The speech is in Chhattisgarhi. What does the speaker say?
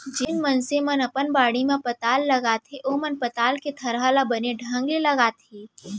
जेन मनसे मन अपन बाड़ी म पताल लगाथें ओमन पताल के थरहा ल बने ढंग ले लगाथें